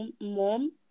mom